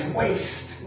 waste